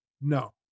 no